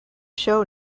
show